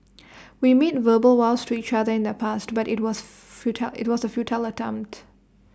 we made verbal vows to each other in the past but IT was futile IT was A futile attempt